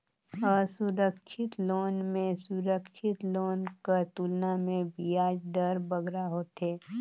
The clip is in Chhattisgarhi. असुरक्छित लोन में सुरक्छित लोन कर तुलना में बियाज दर बगरा होथे